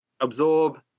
absorb